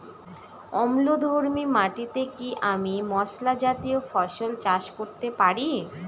অম্লধর্মী মাটিতে কি আমি মশলা জাতীয় ফসল চাষ করতে পারি?